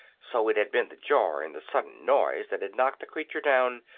so it had been the jar and the sudden noise that had knocked the creature down,